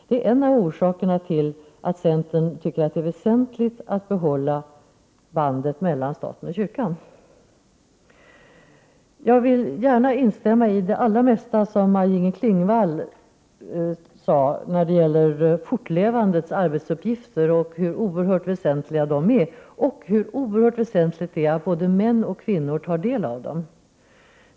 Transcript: Det är en av orsakerna till att centern tycker att det är väsentligt att banden mellan staten och kyrkan behålls. Jag vill instämma i det allra mesta som Maj-Inger Klingvall sade om fortlevandets arbetsuppgifter och understryka hur oerhört väsentliga de är liksom hur betydelsefullt det är att både män och kvinnor tar del av dem.